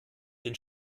den